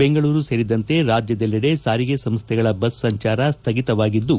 ಬೆಂಗಳೂರು ಸೇರಿದಂತೆ ರಾಜ್ಯದಲ್ಲಿಡೆ ಸಾರಿಗೆ ಸಂಸ್ಥೆಗಳ ಬಸ್ ಸಂಚಾರ ಸ್ಥಗಿತವಾಗಿದ್ದು